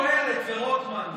ורוטמן.